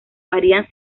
varían